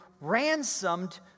ransomed